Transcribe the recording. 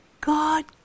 God